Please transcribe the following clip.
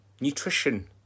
nutrition